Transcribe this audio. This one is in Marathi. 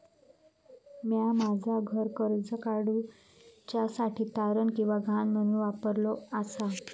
म्या माझा घर कर्ज काडुच्या साठी तारण किंवा गहाण म्हणून वापरलो आसा